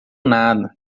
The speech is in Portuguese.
nada